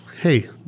hey